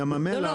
ים המלח,